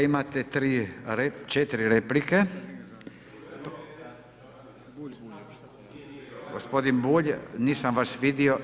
Imate 4 replike. ... [[Upadica: ne čuje se.]] Gospodin Bulj, nisam vas vidio.